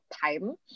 time